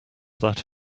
that